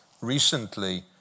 recently